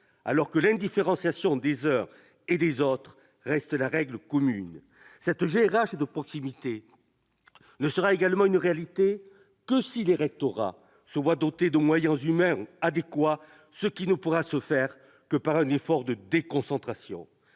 alors que l'indifférenciation des uns et des autres reste la règle commune. Cette GRH de proximité ne sera une réalité que si les rectorats se voient dotés des moyens humains adéquats, ce qui ne pourra se faire que par un effort de déconcentration.